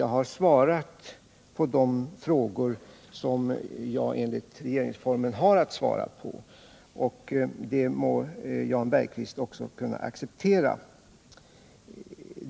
Jag har svarat på de frågor som jag enligt regeringsformen har att svara på, och det må Jan Bergqvist också kunna acceptera.